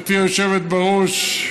גברתי היושבת בראש,